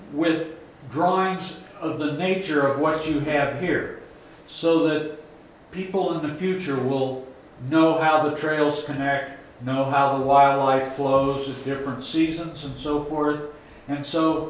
with drawings of the nature of what you have here so that people in the future will know how the trails connect know how wildlife flows of different seasons and so forth and so